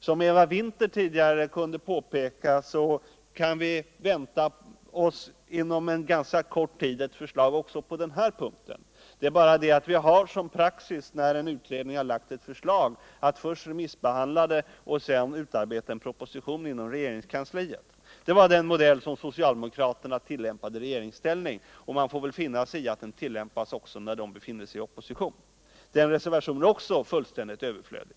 Som Eva Winther tidigare påpekade kan vi inom ganska kort tid vänta oss ett förslag också på denna punkt. Vi tillämpar en praxis som innebär att ett utredningsförslag när det framlagts först skall remissbehandlas och sedan användas som underlag för utarbetande av en proposition inom regeringskansliet. Det var den modell som socialdemokraterna tillämpade i regeringsställning, och de får väl finna sig i att den tillämpas också när de befinner sig i opposition. Också den reservationen är fullständigt överflödig.